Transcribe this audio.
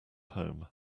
home